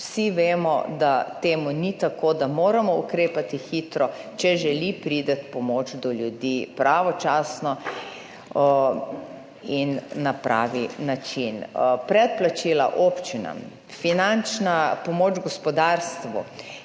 vsi vemo, da temu ni tako, da moramo ukrepati hitro, če želi priti pomoč do ljudi pravočasno in na pravi način. Predplačila občinam, finančna pomoč gospodarstvu